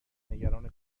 نگران